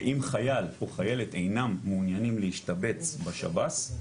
שאם חייל, או חיילת, אינם מעוניינים להשתבץ בשב"ס,